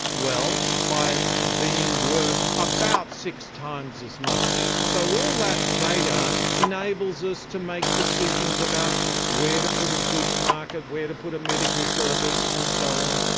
well, by being worth about six times as much. so all that data enables us to make decisions about where to put a supermarket, where to put a medical service and so on,